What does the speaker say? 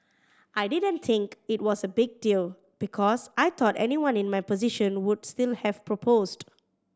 I didn't think it was a big deal because I thought anyone in my position would still have proposed